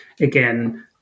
Again